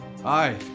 Hi